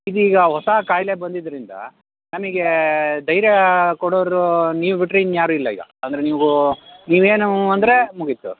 ಇದೀಗ ಹೊಸ ಕಾಯಿಲೆ ಬಂದಿದ್ದರಿಂದ ನಮಗೆ ಧೈರ್ಯ ಕೊಡೋರು ನೀವು ಬಿಟ್ಟರೆ ಇನ್ನು ಯಾರು ಇಲ್ಲ ಈಗ ಅಂದರೆ ನೀವು ನೀವು ಏನು ಅಂದರೆ ಮುಗೀತು